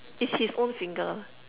it's his own finger